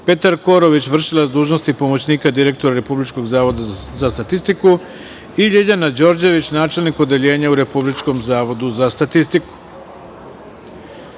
Petar Korović, vršilac dužnosti pomoćnika direktora Republičkog zavoda za statistiku i Ljiljana Đorđević, načelnik Odeljenja u Republičkom zavodu za statistiku. Molim